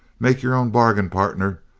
make your own bargain, partner.